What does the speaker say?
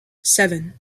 seven